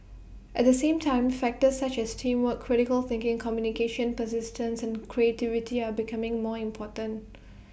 at the same time factors such as teamwork critical thinking communication persistence and creativity are becoming more important